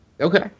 Okay